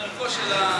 בדרכו, בדרכו של,